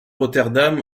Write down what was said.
rotterdam